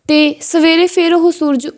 ਅਤੇ ਸਵੇਰੇ ਫਿਰ ਉਹ ਸੂਰਜ